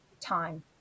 time